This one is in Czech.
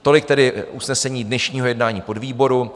Tolik tedy usnesení dnešního jednání podvýboru.